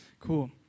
Cool